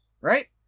right